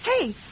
Hey